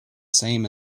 same